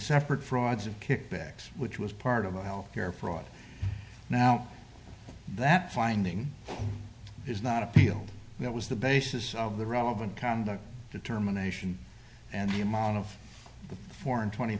separate frauds of kickbacks which was part of a health care fraud now that finding is not appealed that was the basis of the relevant conduct determination and the amount of the form twenty